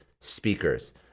speakers